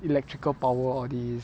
electrical power all this